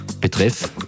Betreff